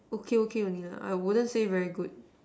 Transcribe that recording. okay okay only lah